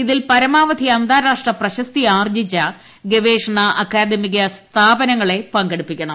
ഇതിൽ പരമാവധി അന്താരാഷ്ട്ര പ്രശസ്തിയാർജ്ജിച്ച ഗവേഷണഅക്കാദമിക സ്ഥാപനങ്ങളെ പങ്കെടുപ്പിക്കണം